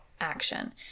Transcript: action